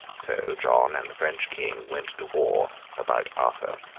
so john and the french king went to war about arthur.